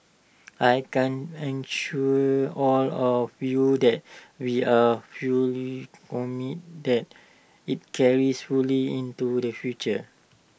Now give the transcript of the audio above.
I can assure all of you that we are fully committed that IT carries fully into the future